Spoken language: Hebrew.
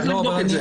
צריך לבדוק את זה.